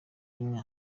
rimwe